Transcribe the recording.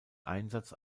einsatz